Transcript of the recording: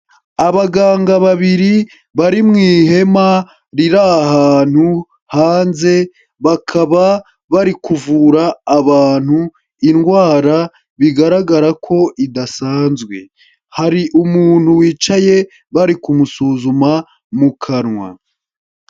Abaganga babiri bari mu ihema riri ahantu hanze bakaba bari kuvura abantu indwara bigaragara ko idasanzwe, hari umuntu wicaye bari kumusuzuma mu kanwa.